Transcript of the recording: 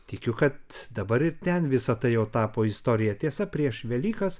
tikiu kad dabar ir ten visa tai jau tapo istorija tiesa prieš velykas